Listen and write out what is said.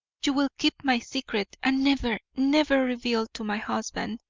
you will keep my secret and never, never reveal to my husband,